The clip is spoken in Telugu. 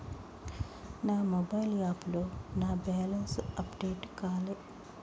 నా మొబైల్ యాప్లో నా బ్యాలెన్స్ అప్డేట్ కాలే